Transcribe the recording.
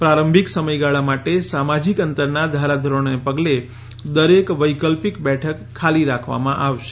પ્રારંભિક સમયગાળા માટે સામાજિક અંતરના ધારાધોરણોને પગલે દરેક વૈકલ્પિક બેઠક ખાલી રાખવામાં આવશે